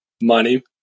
money